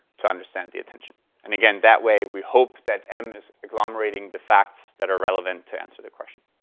to understand the attention. and again, that way we hope that m is agglomerating the facts that are relevant to answer the question.